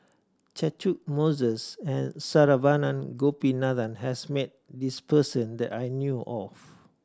Catchick Moses and Saravanan Gopinathan has met this person that I knew of